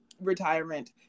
retirement